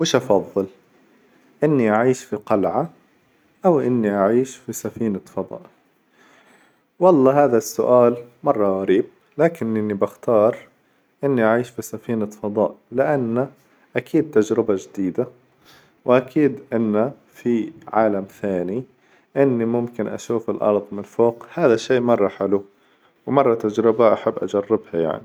وش أفظل، إني أعيش في قلعة أو إني أعيش في سفينة فظاء؟ والله هذا السؤال مرة غريب لكنني باختار إني أعيش في سفينة فظاء، لأن أكيد تجربة جديدة، وأكيد إنه في عالم ثاني، إني ممكن أشوف الأرظ من الفوق، هذا شي مرة حلو ومرة تجربة أحب أجربها يعني.